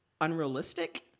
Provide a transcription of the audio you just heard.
unrealistic